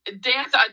dance